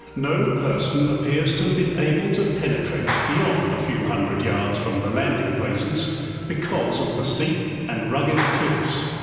no person appears to have been able to penetrate beyond a few hundred yards from the landing-places because of the steep and rugged cliffs.